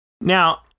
Now